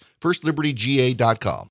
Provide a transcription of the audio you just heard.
FirstLibertyGA.com